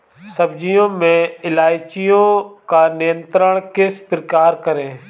सब्जियों में इल्लियो का नियंत्रण किस प्रकार करें?